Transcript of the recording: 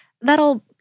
that'll